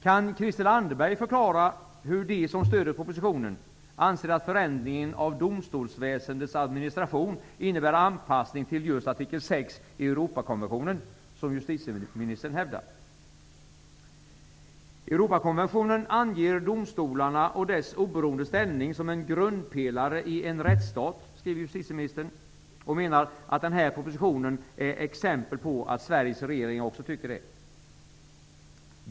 Kan Christel Anderberg förklara hur de som stöder propositionen anser att förändringen av domstolsväsendets administration innebär anpassning till just artikel 6 i Europakonventionen, som justitieministern hävdar? Europakonventionen anger domstolarna och dess oberoende ställning som en grundpelare i en rättsstat, skriver justitieministern, och menar att den här propositionen är exempel på att Sveriges regering också tycker det. Värderade talman!